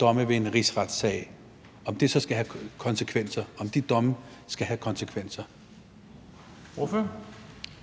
domme ved en rigsretssag skal have konsekvenser. Kl. 14:36 Formanden